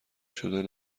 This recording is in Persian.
شدن